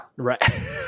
Right